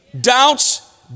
doubts